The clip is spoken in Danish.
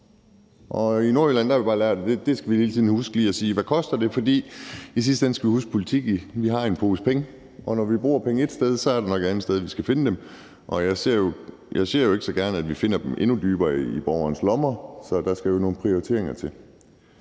I Nordjylland har vi bare lært, at vi hele tiden skal huske lige at spørge, hvad det koster. I sidste ende skal vi huske, at vi politikere har en pose penge, og at når vi bruger penge ét sted, er der nok et andet sted, vi skal finde dem. Jeg ser ikke så gerne, at vi finder dem endnu dybere i borgernes lommer, så der skal jo nogle prioriteringer til.